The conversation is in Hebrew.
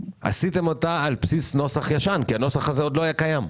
עשיתם אותה על בסיס נוסח ישן כי הנוסח הזה עוד לא היה קיים.